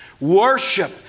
Worship